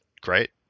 Great